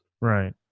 right